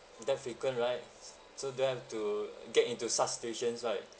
that frequent right so don't have to get into such situations right